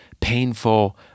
painful